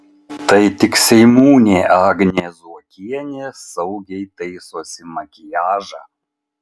tai tik seimūnė agnė zuokienė saugiai taisosi makiažą